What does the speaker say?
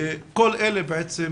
כל אלה בעצם